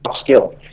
skill